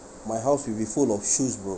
my house will be full of shoes bro